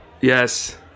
Yes